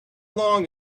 long